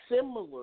similar